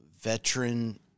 veteran